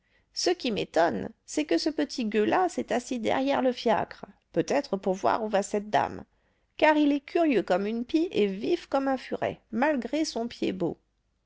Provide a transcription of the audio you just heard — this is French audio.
ce qui m'étonne c'est que ce petit gueux-là s'est assis derrière le fiacre peut-être pour voir où va cette dame car il est curieux comme une pie et vif comme un furet malgré son